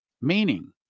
Meaning